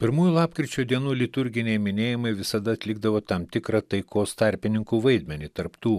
pirmųjų lapkričio dienų liturginiai minėjimai visada atlikdavo tam tikrą taikos tarpininkų vaidmenį tarp tų